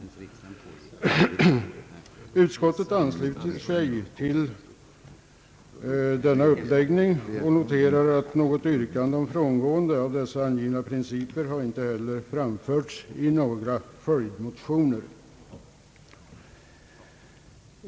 Utskottet ansluter sig till denna uppläggning och noterar att något yrkande om frångående av dessa angivna principer inte framförts i några följdmotioner.